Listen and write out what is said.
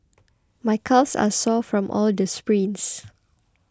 my calves are sore from all the sprints